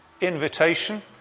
invitation